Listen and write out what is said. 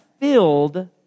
filled